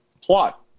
plot